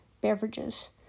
beverages